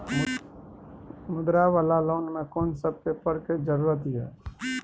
मुद्रा वाला लोन म कोन सब पेपर के जरूरत इ?